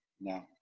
No